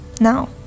Now